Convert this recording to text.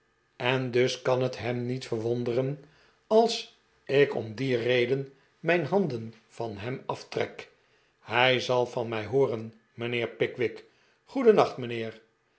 en dus kan het hem niet verwonderen als ik om die reden mijn handen van hem aftrek hij zal van mij hqoren mijnheer pickwick goedennacht mijnheer